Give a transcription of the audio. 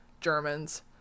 Germans